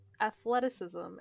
athleticism